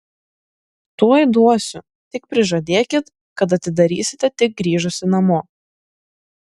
tuoj duosiu tik prižadėkit kad atidarysite tik grįžusi namo